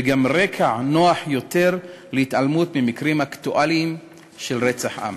וגם רקע נוח יותר להתעלמות ממקרים אקטואליים של רצח עם.